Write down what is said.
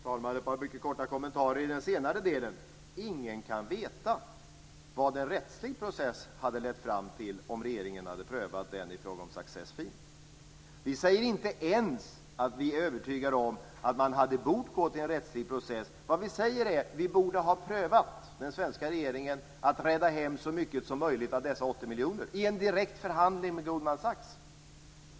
Fru talman! Jag vill bara göra ett par korta kommentarer till den senare delen. Ingen kan veta vad en rättslig process hade lett fram till om regeringen hade prövat detta i fråga om success fee. Vi säger inte ens att vi är övertygade om att man borde ha gått till en rättslig process. Vad vi säger är att den svenska regeringen borde ha prövat att rädda hem så mycket som möjligt av dessa 80 miljoner i en direkt förhandling med Goldman Sachs.